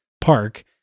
park